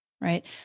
right